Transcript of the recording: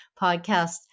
podcast